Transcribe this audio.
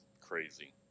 crazy